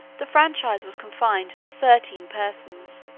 the franchise was confined to thirteen persons.